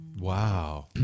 Wow